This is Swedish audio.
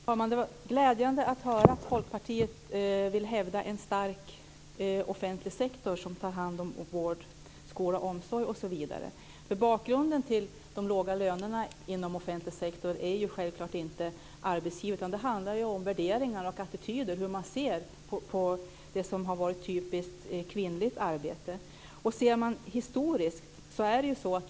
Fru talman! Det var glädjande att höra att Folkpartiet vill hävda en stark offentlig sektor som tar hand om vård, skola, omsorg osv. Bakgrunden till de låga lönerna inom den offentliga sektorn är självklart inte arbetsgivaren, utan det handlar om värderingar och attityder och om hur man ser på det som har varit typiskt kvinnligt arbete. Man kan se det här historiskt.